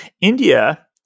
India